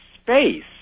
space